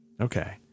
Okay